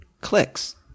clicks